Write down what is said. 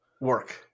Work